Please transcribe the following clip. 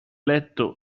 letto